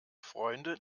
freunde